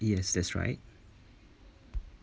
yes that's right